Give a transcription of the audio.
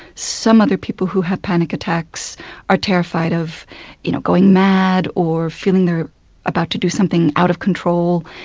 some other people who have panic attacks are terrified of you know going mad or feeling they're about to do something out of control,